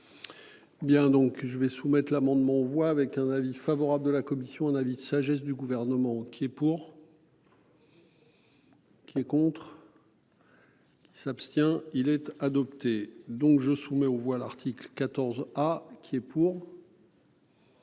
Bien, donc je vais soumettre l'amendement voit avec un avis favorable de la commission un avis de sagesse du gouvernement qui est pour. Qui est contre. S'abstient-il être adopté. Donc je soumets aux voix l'article 14 A qui est pour.